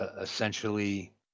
Essentially